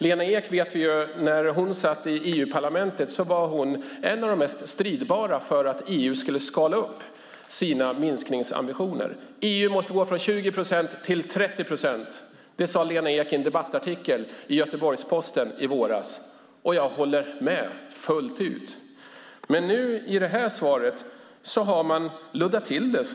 Vi vet ju att Lena Ek, när hon satt i EU-parlamentet, var en av de mest stridbara i fråga om att EU skulle skala upp sina minskningsambitioner. EU måste gå från 20 procent till 30 procent, sade Lena Ek i en debattartikel i Göteborgs-Posten i våras. Jag håller med, fullt ut. Men nu, i det här svaret, har man luddat till det.